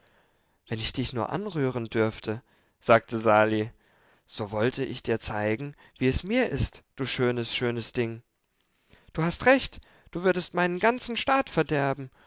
wenn ich dich nur anrühren dürfte sagte sali so wollte ich dir zeigen wie es mir ist du schönes schönes ding du hast recht du würdest meinen ganzen staat verderben